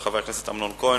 של חבר הכנסת אמנון כהן,